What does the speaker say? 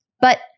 But-